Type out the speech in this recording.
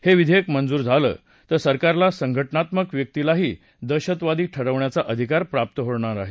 हे विधेयक मंजूर झालं तर सरकारला संघटनांसह व्यक्तीलाही दहशतवादी ठरवण्याचा अधिकार प्राप्त होणार आहे